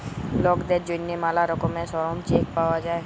লকদের জ্যনহে ম্যালা রকমের শরম চেক পাউয়া যায়